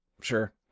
sure